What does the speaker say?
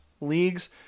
leagues